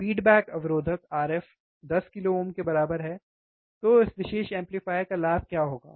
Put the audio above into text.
feedback अवरोधक RF 10 kilo ohm के बराबर है तो इस विशेष एम्पलीफायर का लाभ क्या होगा